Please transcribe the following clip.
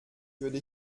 würde